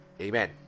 Amen